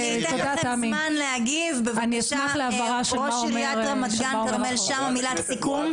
אני אתן לכם זמן להגיב בבקשה ראש עיריית רמת גן כרמל שאמה מילת סיכום.